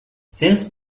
since